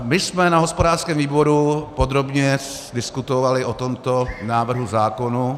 My jsme na hospodářském výboru podrobně diskutovali o tomto návrhu zákona...